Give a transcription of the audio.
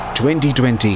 2020